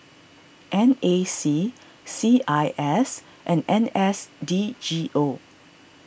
N A C C I S and N S D G O